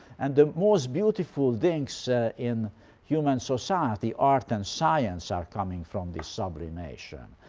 and the most beautiful things in human society art and science are coming from this sublimation.